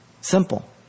Simple